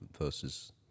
versus